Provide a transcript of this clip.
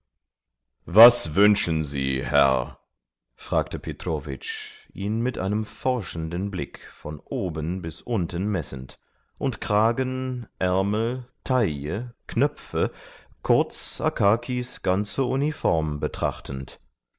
was wünschen sie herr fragte petrowitsch ihn mit einem forschenden blick von oben bis unten messend und kragen ärmel taille knöpfe kurz akakis ganze uniform betrachtend